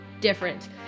different